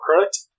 correct